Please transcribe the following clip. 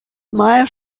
maer